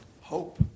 hope